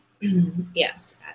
Yes